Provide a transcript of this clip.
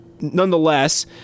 Nonetheless